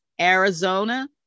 Arizona